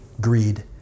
greed